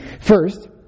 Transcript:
First